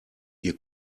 ihr